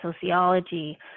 sociology